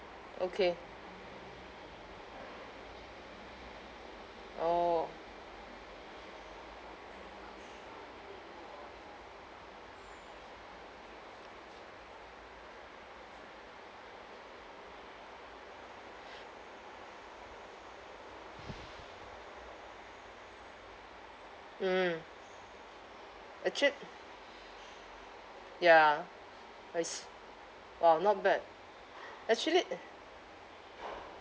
okay orh mm actua~ ya I s~ !wow! not bad actually